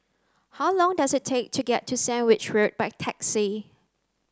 how long does it take to get to Sandwich Road by taxi